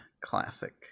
Classic